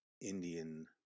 Indian